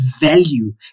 value